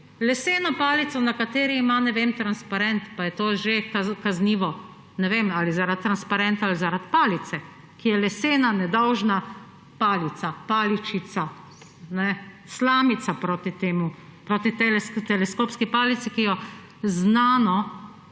leseno palico, na kateri imajo transparent. Pa je to že kaznivo. Ne vem, ali zaradi transparenta ali zaradi palice, ki je lesena, nedolžna palica, paličica, slamica proti temu, proti teleskopski palici, ki jo znano